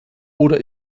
oder